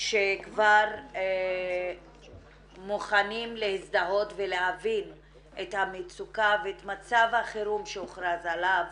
שכבר מוכנים להזדהות ולהבין את המצוקה ואת מצב החירום שהוכרז עליו